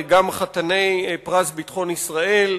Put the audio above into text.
גם חתני פרס ביטחון ישראל,